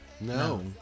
No